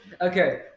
Okay